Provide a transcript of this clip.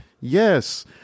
Yes